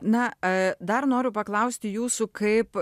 na a dar noriu paklausti jūsų kaip